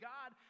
God